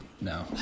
no